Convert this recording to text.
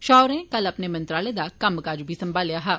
शाह होरें कल अपने मंत्रालय दा कम्म काज संभालेया हा